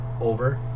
over